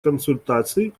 консультации